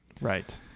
Right